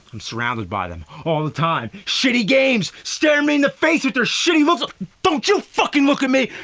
i'm surrounded by them. all the time. shitty games, staring me in the face with their shitty look don't you fucking look at me!